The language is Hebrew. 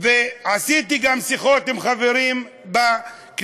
וניהלתי גם שיחות עם חברים בכנסת,